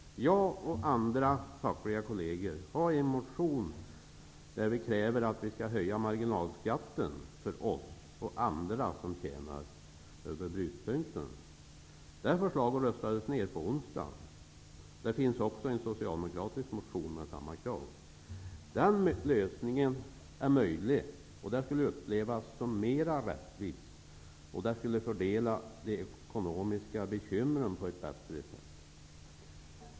Jag och andra fackliga kolleger har väckt en motion där vi kräver att marginalskatten skall höjas för oss och andra som tjänar över brytpunkten. Detta förslag röstades ner i onsdags. Det finns också en annan socialdemokratisk motion där man för fram samma krav. Den lösningen är möjlig och skulle upplevas som mera rättvis. Det skulle fördela de ekonomiska bekymren på ett bättre sätt.